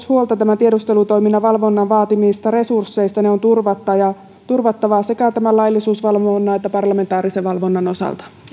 huolta myös tiedustelutoiminnan valvonnan vaatimista resursseista ne on turvattava sekä laillisuusvalvonnan että parlamentaarisen valvonnan osalta